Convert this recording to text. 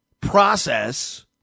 process